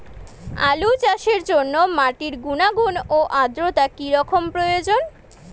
আলু চাষের জন্য মাটির গুণাগুণ ও আদ্রতা কী রকম প্রয়োজন?